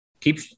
Keep